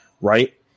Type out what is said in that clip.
Right